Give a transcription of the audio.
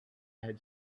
had